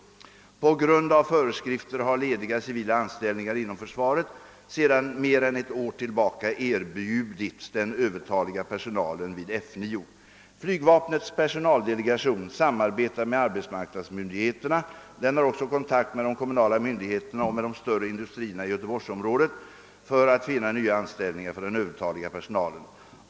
På grund av föreskrifterna har lediga civila anställningar inom försvaret sedan mer än ett år tillbaka erbjudits den övertaliga personalen vid F 9. Flygvapnets personaldelegation samarbetar med arbetsmarknadsmyndigheterna. Den har också kontakt med de kommunala myndigheterna och med de större industrierna i göteborgsområdet för att finna nya anställningar för den övertaliga personalen.